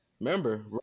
Remember